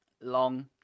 long